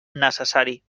necessari